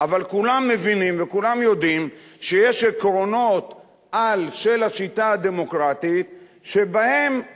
אבל כולם מבינים וכולם יודעים שיש עקרונות של השיטה הדמוקרטית שאותם